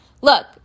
Look